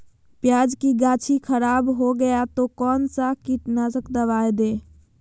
प्याज की गाछी खराब हो गया तो कौन सा कीटनाशक दवाएं दे?